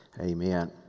Amen